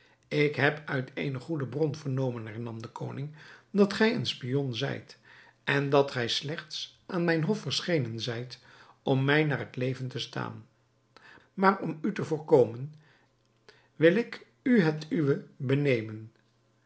ik heb uit eene goede bron vernomen hernam de koning dat gij een spion zijt en dat gij slechts aan mijn hof verschenen zijt om mij naar het leven te staan maar om u te voorkomen wil ik u het uwe benemen